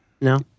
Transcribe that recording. No